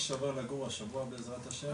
בערך.